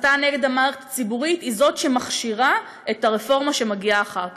הסתה נגד המערכת הציבורית היא זאת שמכשירה את הרפורמה שמגיעה אחר כך.